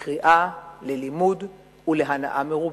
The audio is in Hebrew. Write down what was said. לקריאה, ללימוד ולהנאה מרובה.